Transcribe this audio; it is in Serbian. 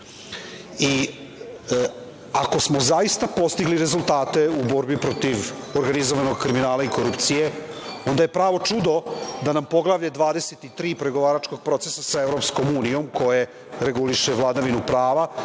smo zaista postigli rezultate u borbi protiv organizovanog kriminala i korupcije, onda je pravo čudo da nam Poglavlje 23 pregovaračkog procesa da EU, koje reguliše vladavinu prava,